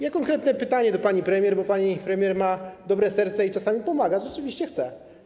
Mam konkretne pytanie do pani premier, bo pani premier ma dobre serce i czasami pomaga, rzeczywiście chce.